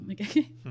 Okay